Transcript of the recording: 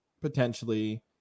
potentially